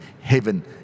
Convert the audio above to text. heaven